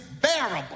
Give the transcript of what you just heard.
bearable